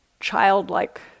childlike